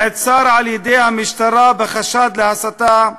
נעצר על-ידי המשטרה בחשד להסתה,